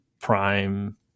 prime